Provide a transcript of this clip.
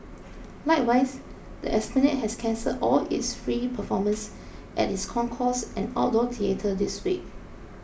likewise the Esplanade has cancelled all its free performances at its concourse and outdoor theatre this week